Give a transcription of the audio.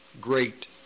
great